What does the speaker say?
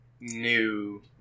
new